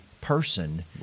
person